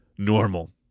normal